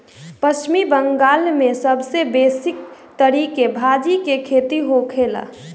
पश्चिम बंगाल में सबसे बेसी तरकारी भाजी के खेती होखेला